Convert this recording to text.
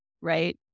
right